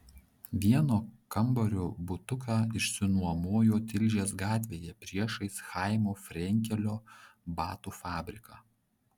vieno kambario butuką išsinuomojo tilžės gatvėje priešais chaimo frenkelio batų fabriką